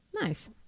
Nice